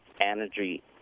energy